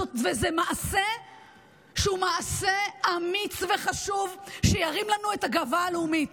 זה מעשה אמיץ וחשוב שירים לנו את הגאווה הלאומית.